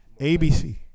ABC